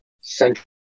central